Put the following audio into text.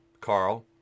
Carl